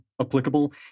applicable